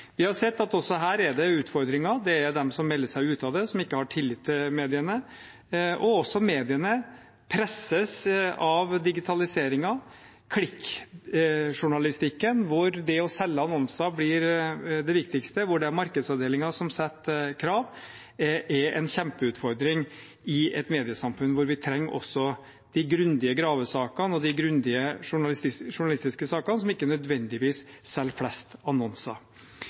Vi har sett at også her er det utfordringer. Det er de som melder seg ut av det, som ikke har tillit til mediene. Og også mediene presses av digitaliseringen. Klikk-journalistikken, der det å selge annonser blir det viktigste, der det er markedsavdelingen som stiller krav, er en kjempeutfordring i et mediesamfunn der vi også trenger de grundige gravesakene og de grundige journalistiske sakene som ikke nødvendigvis selger flest